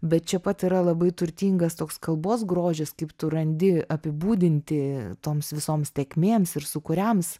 bet čia pat yra labai turtingas toks kalbos grožis kaip tu randi apibūdinti toms visoms tėkmėms ir sukuriams